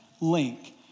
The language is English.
link